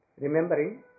remembering